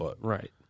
Right